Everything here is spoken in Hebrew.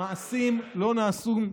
מעשים לא נעשו.